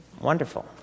Wonderful